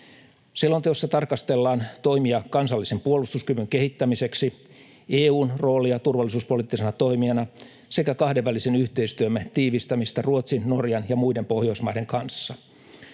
Selonteossa tarkastellaan toimia kansallisen puolustuskyvyn kehittämiseksi, EU:n roolia turvallisuuspoliittisena toimijana sekä kahdenvälisen yhteistyömme tiivistämistä Ruotsin, Norjan ja muiden Pohjoismaiden kanssa.